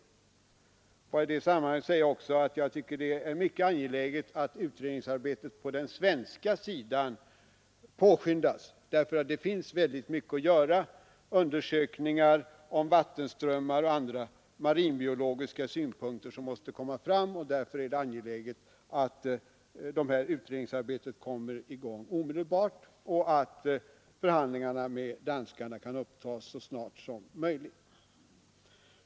Jag vill i det sammanhanget också säga att jag tycker det är mycket angeläget att utredningsarbetet på den svenska sidan påskyndas. Det finns nämligen väldigt mycket att göra: undersökningar om vattenströmmar och marinbiologiska problem måste komma fram. Därför är det angeläget att utredningsarbetet kommer i gång omedelbart och att förhandlingarna med danskarna upptas så snart som möjligt.